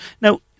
Now